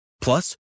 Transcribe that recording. Plus